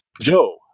Joe